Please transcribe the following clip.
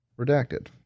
redacted